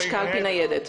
יש קלפי ניידת.